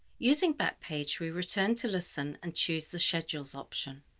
using back page, we return to listen and choose the schedules option.